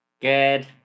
Good